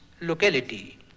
locality